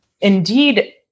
indeed